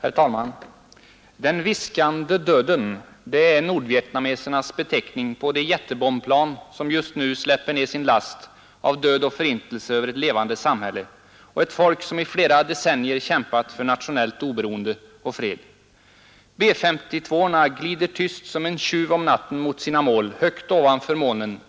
Herr talman! ”Den viskande döden” — det är nordvietnamesernas beteckning på de jättebombplan som just nu släpper ner sin last av död och förintelse över ett levande samhälle och ett folk som i flera decennier har kämpat för nationellt oberoende och fred. B-S2:orna glider tyst som en tjuv om natten mot sina mål, högt ovanför molnen,